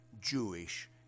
Jewish